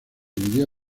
dividió